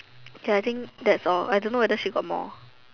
ya I think that's all I don't know whether she got more